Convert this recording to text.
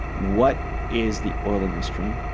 what is the oil industry?